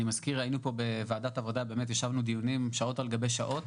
ישבנו בוועדת העבודה שעות על גבי שעות,